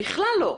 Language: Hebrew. בכלל לא.